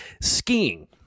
Skiing